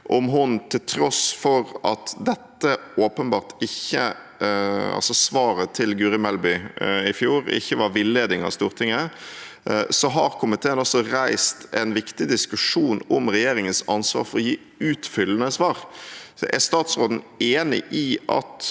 på at til tross for at dette svaret til Guri Melby i fjor åpenbart ikke var villeding av Stortinget, så har komiteen også reist en viktig diskusjon om regjeringens ansvar for å gi utfyllende svar. Er statsråden enig i at